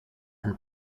and